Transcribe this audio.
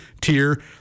tier